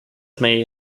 may